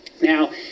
now